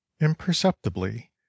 Imperceptibly